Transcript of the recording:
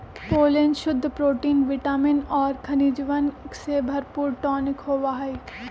pollen शुद्ध protein vitamin और खनिजवन से भरपूर टॉनिक होबा हई